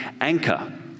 anchor